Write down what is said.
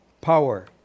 power